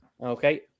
Okay